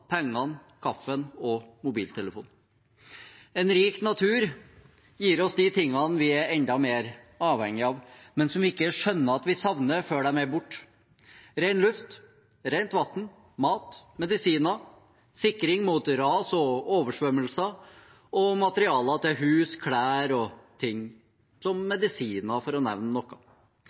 pengene, kaffen og mobiltelefonen. En rik natur gir oss de tingene vi er enda mer avhengig av, men som vi ikke skjønner at vi savner før de er borte – ren luft, rent vann, mat, medisiner, sikring mot ras og oversvømmelser og materialer til hus, klær og annet, som medisiner, for å nevne noe.